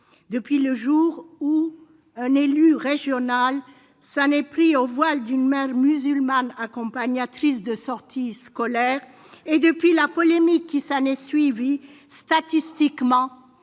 Depuis le jour où un élu régional s'en est pris au voile d'une mère musulmane accompagnatrice de sortie scolaire et la polémique qui s'est ensuivie, statistiquement,